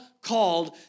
called